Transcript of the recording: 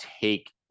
take